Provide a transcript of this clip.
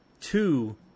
two